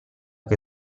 che